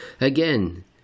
again